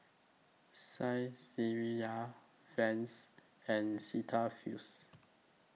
Saizeriya Vans and Cetaphil's